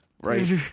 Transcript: Right